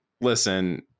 listen